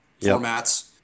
formats